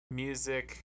music